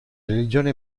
religione